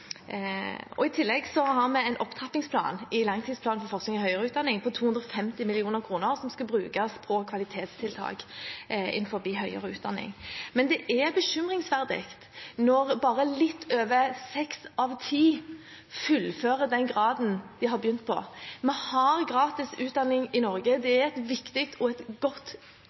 og i tillegg har vi en opptrappingsplan i langtidsplanen for forskning og høyere utdanning på 250 mill. kr som skal brukes på kvalitetstiltak innenfor høyere utdanning. Men det er bekymringsfullt når bare litt over seks av ti fullfører den graden de har begynt på. Vi har gratis utdanning i Norge, det er viktig og et